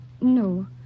No